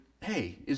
hey